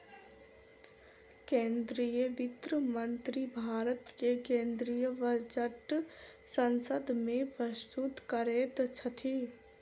केंद्रीय वित्त मंत्री भारत के केंद्रीय बजट संसद में प्रस्तुत करैत छथि